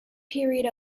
period